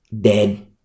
dead